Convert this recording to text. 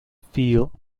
feel